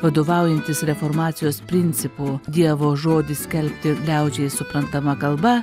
vadovaujantis reformacijos principu dievo žodis kelti liaudžiai suprantama kalba